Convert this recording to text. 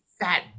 fat